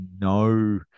no